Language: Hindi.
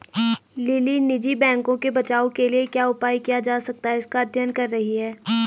लिली निजी बैंकों के बचाव के लिए क्या उपाय किया जा सकता है इसका अध्ययन कर रही है